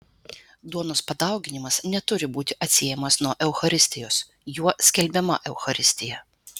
duonos padauginimas neturi būti atsiejamas nuo eucharistijos juo skelbiama eucharistija